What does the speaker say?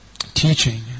teaching